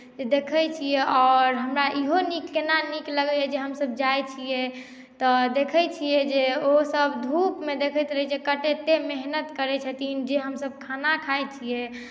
देखै छियै आओर हमरा इहो नीक केना नीक लगैए जे हमसभ जाइत छियै तऽ देखैत छियै जे ओसभ धूपमे देखैत रहैत छियै जे कतेक मेहनत करैत छथिन जे हमसभ खाना खाइत छियै